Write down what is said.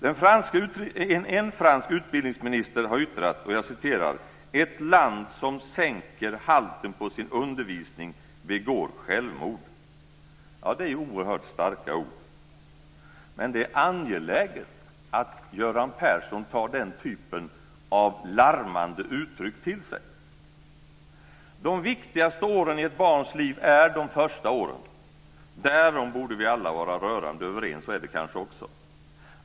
En fransk utbildningsminister har yttrat: Ett land som sänker halten på sin undervisning begår självmord. Det är oerhört starka ord, men det är angeläget att Göran Persson tar den typen av larmande uttryck till sig. De viktigaste åren i ett barns liv är de första åren. Därom borde vi alla vara rörande överens och är det kanske också.